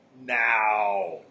Now